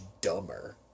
dumber